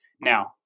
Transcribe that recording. Now